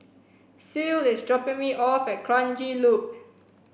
Ceil is dropping me off at Kranji Loop